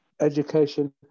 education